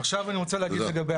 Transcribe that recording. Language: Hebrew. עכשיו אני רוצה להגיד לגבי